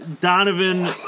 Donovan